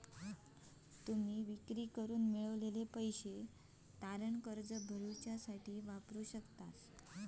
तुम्ही विक्री करून मिळवलेले पैसे तारण कर्ज भरण्यासाठी वापरू शकतास